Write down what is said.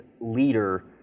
leader